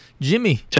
Jimmy